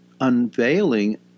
unveiling